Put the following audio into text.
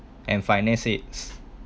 and finance